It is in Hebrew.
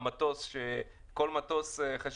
התקנות, כולל התוספת?